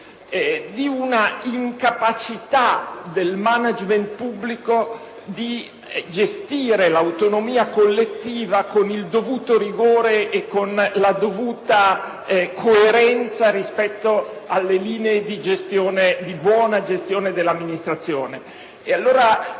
di una incapacità del *management* pubblico di gestire l'autonomia collettiva con il dovuto rigore e con la dovuta coerenza rispetto alle linee di buona gestione dell'amministrazione.